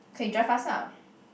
kay drive us ah